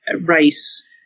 race